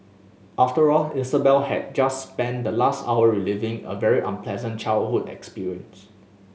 after all Isabel had just spent the last hour reliving a very unpleasant childhood experience